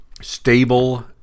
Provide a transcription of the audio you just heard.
Stable